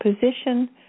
position